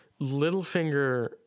Littlefinger